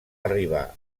arribar